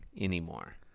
anymore